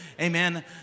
Amen